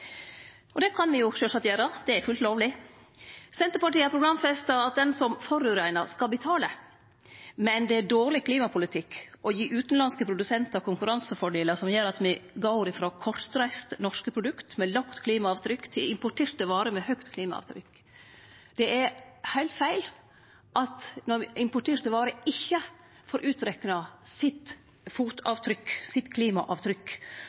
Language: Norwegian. Og det kan me sjølvsagt gjere, det er fullt lovleg. Senterpartiet har programfesta at den som forureinar, skal betale, men det er dårleg klimapolitikk å gi utanlandske produsentar konkurransefordelar som gjer at me går frå kortreiste norske produkt med lågt klimaavtrykk til importerte varer med høgt klimaavtrykk. Det er heilt feil at importerte varer ikkje får utrekna sitt fotavtrykk, sitt klimaavtrykk,